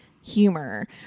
humor